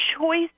choice